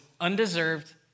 undeserved